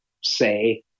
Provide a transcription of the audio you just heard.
say